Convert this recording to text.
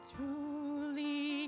Truly